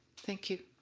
thank you